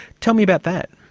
tell me about that.